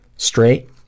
straight